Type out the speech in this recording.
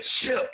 ships